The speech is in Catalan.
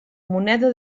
moneda